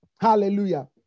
Hallelujah